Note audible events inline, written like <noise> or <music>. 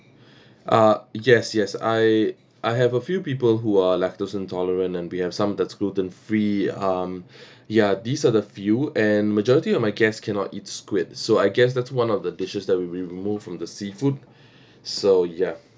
ah yes yes I I have a few people who are lactose intolerant and we have some that's gluten free um <breath> ya these are the few and majority of my guests cannot eat squid so I guess that's one of the dishes that we will remove from the seafood so ya